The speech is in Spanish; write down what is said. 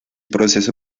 proceso